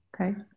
okay